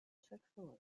truthfully